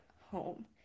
home